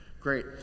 Great